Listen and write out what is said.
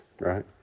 right